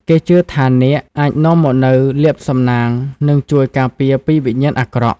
គេជឿថានាគអាចនាំមកនូវលាភសំណាងនិងជួយការពារពីវិញ្ញាណអាក្រក់។